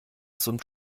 summt